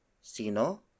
sino